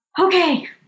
Okay